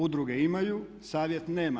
Udruge imaju, Savjet nema.